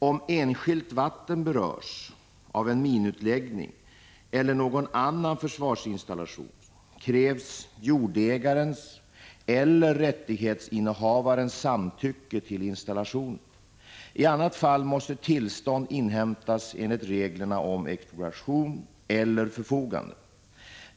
Om enskilt vatten berörs av en minutläggning eller någon annan försvarsinstallation, krävs jordägarens eller rättighetsinnehavarens samtycke till installationen. I annat fall måste tillstånd inhämtas enligt reglerna om expropriation eller förfogande.